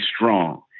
strong